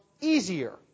easier